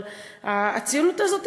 אבל הציונות הזאת,